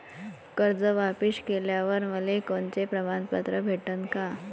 कर्ज वापिस केल्यावर मले कोनचे प्रमाणपत्र भेटन का?